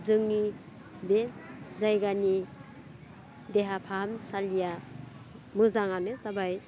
जोंनि बे जायगानि देहा फाहामसालिया मोजाङानो जाबाय